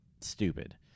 stupid